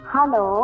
Hello